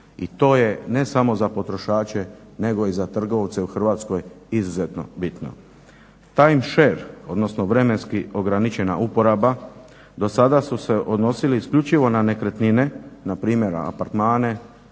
i to je ne samo za potrošače nego i za trgovce u Hrvatskoj izuzetno bitno. Timeshare, odnosno vremenski ograničena uporaba do sada su se odnosili isključivo na nekretnine, na primjer apartmane,